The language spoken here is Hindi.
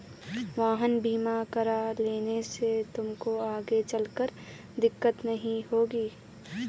वाहन बीमा करा लेने से तुमको आगे चलकर दिक्कत नहीं आएगी